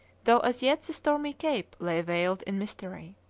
though as yet the stormy cape lay veiled in mystery.